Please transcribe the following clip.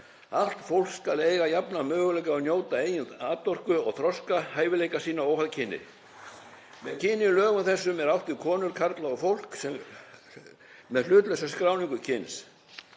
Allt fólk skal eiga jafna möguleika á að njóta eigin atorku og þroska hæfileika sína óháð kyni. Með kyni í lögum þessum er átt við konur, karla og fólk með hlutlausa skráningu kyns